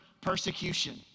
persecution